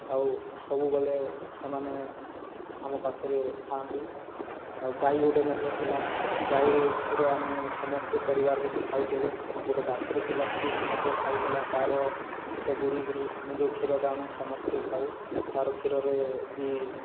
ଆଉ ସବୁବେଲେ ସେମାନେ ଆମ ପାଖରେ ଥାଆନ୍ତି ଆଉ ଗାଈ ଗୋଟିଏ ମଧ୍ୟ ଥିଲା ଗାଈରେ କ୍ଷୀର ଆମେ ସମସ୍ତେ ପରିବାର ଯେତେ ଖାଉଥିଲୁ ଗୋଟିଏ ବାଛୁରି ଥିଲା ସିଏ ବି ମଧ୍ୟ ଖାଉଥିଲା ତାର ପେଟ ପୁରିକିରି ଆମେ ଯେଉଁ କ୍ଷୀରଟା ଆଣୁ ସମସ୍ତେ ଖାଉ ତାର କ୍ଷୀରରେ ବି